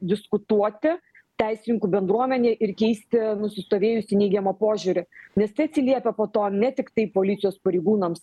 diskutuoti teisininkų bendruomenėj ir keisti nusistovėjusį neigiamą požiūrį nes tai atsiliepia po to ne tiktai policijos pareigūnams